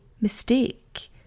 mistake